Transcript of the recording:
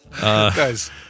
Guys